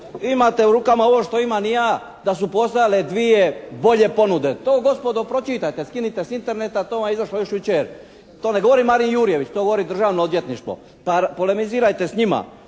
imate u rukama ovo što imam i ja, da su postojale dvije bolje ponude. To gospodo pročitajte, skinite sa Interneta. To vam je izašlo još jučer. To ne govori Marin Jurjević, to govori Državno odvjetništvo pa polemizirajte s njima.